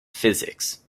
physics